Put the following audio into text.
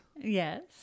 Yes